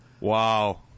Wow